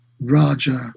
Raja